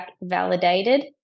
validated